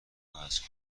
هست